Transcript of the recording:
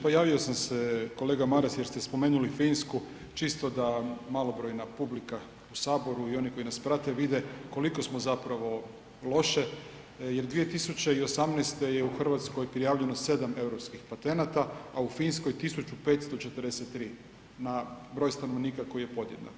Pa javio sam se kolega Maras jer ste spomenuli Finsku čisto da malobrojna publika u saboru i oni koji nas prate vide koliko smo zapravo loše jer 2018. je u Hrvatskoj prijavljeno 7 europskih patenata, a u Finskoj 1543 na broj stanovnika koji je podjednak.